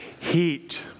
Heat